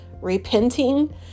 repenting